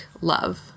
love